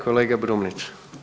Kolega Brumnić.